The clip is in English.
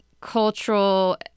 cultural